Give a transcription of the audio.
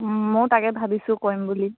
মইও তাকে ভাবিছোঁ কৰিম বুলি